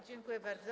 Dziękuję bardzo.